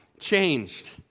changed